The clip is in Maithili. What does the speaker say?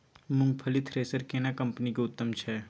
मूंगफली थ्रेसर केना कम्पनी के उत्तम छै?